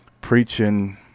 preaching